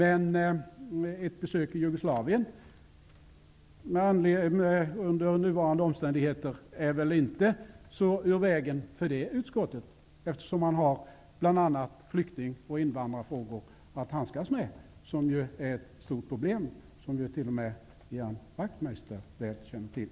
Ett besök i Jugoslavien under nuvarande omständigheter är väl inte ur vägen för just det utskottet, eftersom det behandlar flyktingoch invandrarfrågor, vilka är stora problem. Det känner t.o.m. Ian Wachtmeister väl till.